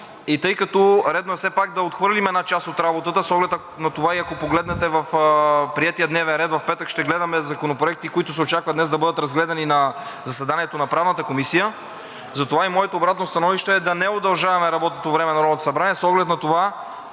И тъй като редно е все пак да отхвърлим една част от работата с оглед на това, а ако погледнете приетия дневен ред, в петък ще гледаме законопроекти, които се очаква днес да бъдат разгледани на заседанието на Правната комисия. Затова моето обратно становище е да не удължаваме работното време на Народното събрание, с оглед на това